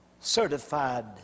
certified